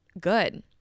good